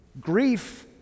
grief